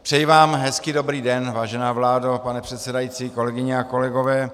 Přeji vám hezký dobrý den, vážená vládo, pane předsedající, kolegyně a kolegové.